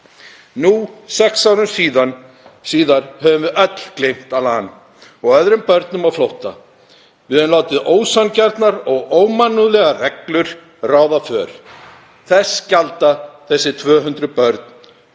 Nú, sex árum síðar, höfum við öll gleymt Alan og öðrum börnum á flótta. Við höfum látið ósanngjarnar og ómannúðlegar reglur ráða för. Þess gjalda þau 200 börn